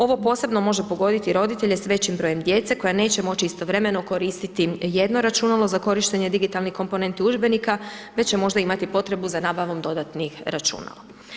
Ovo posebno može pogoditi roditelje s većim brojem djece koja neće moći istovremeno koristiti jedno računalo za korištenje digitalnih komponenti udžbenika, već će možda imati potrebu za nabavom dodatnih računala.